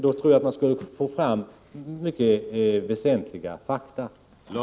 Då tror jag att man skulle få fram mycket väsentliga fakta.